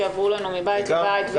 שיעברו מבית לבית?